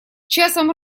часом